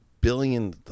billion